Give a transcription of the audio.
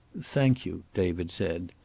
thank you, david said.